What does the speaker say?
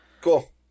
Cool